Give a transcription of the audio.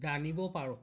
জানিব পাৰোঁ